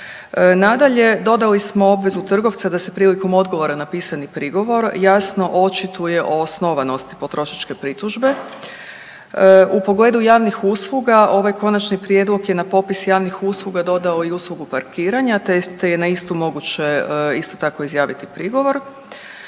Nadalje, dodali smo obvezu trgovca da se prilikom odgovora na pisani prigovor jasno očituje o osnovanosti potrošačke pritužbe, u pogledu javnih usluga, ovaj Konačni prijedlog je na popis javnih usluga dodao i uslugu parkiranja te je na istu moguće isto tako izjaviti prigovor.